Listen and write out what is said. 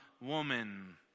woman